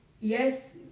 yes